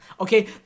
okay